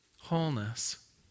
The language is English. wholeness